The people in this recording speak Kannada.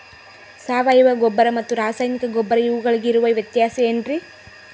ಸಾವಯವ ಗೊಬ್ಬರ ಮತ್ತು ರಾಸಾಯನಿಕ ಗೊಬ್ಬರ ಇವುಗಳಿಗೆ ಇರುವ ವ್ಯತ್ಯಾಸ ಏನ್ರಿ?